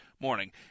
morning